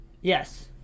Yes